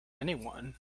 anyone